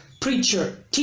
preacher